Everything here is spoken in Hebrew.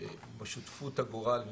ששותפות הגורל שלנו,